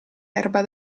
erba